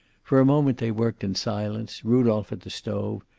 for a moment they worked in silence, rudolph at the stove,